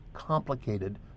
complicated